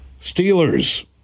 Steelers